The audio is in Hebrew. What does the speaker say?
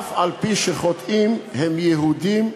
אף-על-פי שחוטאים, הם יהודים.